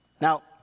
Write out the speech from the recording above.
Now